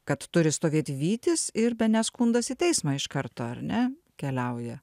kad turi stovėt vytis ir bene skundas į teismą iš karto ar ne keliauja